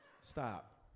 Stop